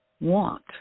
want